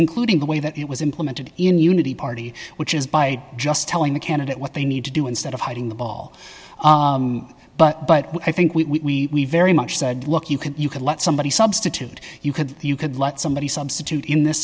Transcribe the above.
including the way that it was implemented in unity party which is by just telling the candidate what they need to do instead of hiding the ball but i think we very much said look you could you could let somebody substitute you could you could let somebody substitute in this